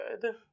good